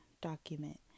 Document